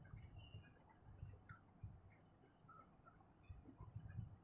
I mean